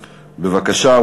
בבקשה.